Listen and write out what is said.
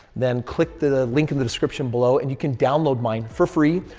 then click the the link in the description below and you can download mine for free.